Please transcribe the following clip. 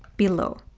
below.